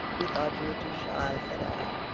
we thought you were too shy, said anne.